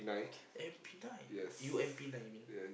M_P nine U_M_P nine I mean